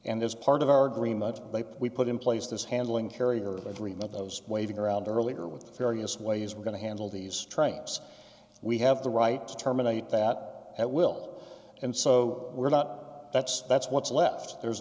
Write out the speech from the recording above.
and as part of our green much we put in place this handling carrier would remove those waving around earlier with various ways we're going to handle these stripes we have the right to terminate that at will and so we're not that's that's what's left there's